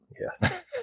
yes